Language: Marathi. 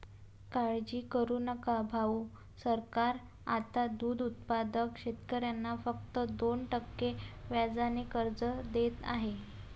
काळजी करू नका भाऊ, सरकार आता दूध उत्पादक शेतकऱ्यांना फक्त दोन टक्के व्याजाने कर्ज देत आहे